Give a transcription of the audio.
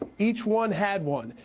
um each one had one.